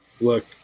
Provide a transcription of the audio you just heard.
look